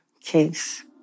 case